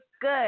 good